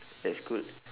that's good